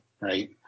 right